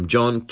John